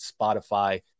Spotify